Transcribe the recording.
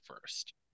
first